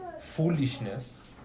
foolishness